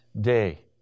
day